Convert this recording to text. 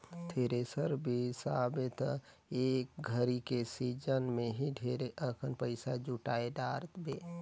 thresher बिसाबे त एक घरी के सिजन मे ही ढेरे अकन पइसा जुटाय डारबे